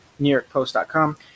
newyorkpost.com